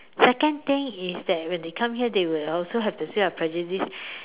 second thing is that when they come here they will also have to say our prejudice